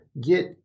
get